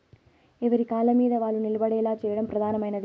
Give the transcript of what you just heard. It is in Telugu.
ఎవరి కాళ్ళమీద వాళ్ళు నిలబడేలా చేయడం ప్రధానమైనది